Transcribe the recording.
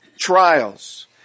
trials